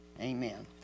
Amen